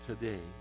today